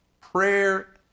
prayer